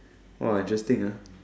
interesting